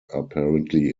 apparently